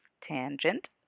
tangent